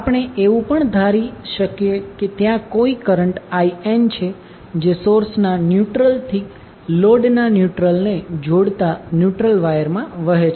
આપણે એવું પણ ધારી શકીએ કે ત્યાં કોઈ કરંટ In છે જે સોર્સના ન્યુટ્રલ થી લોડના ન્યુટ્રલને જોડતા ન્યુટ્રલ વાયર માં વહે છે